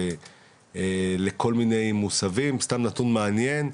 סתם נתון מעניין,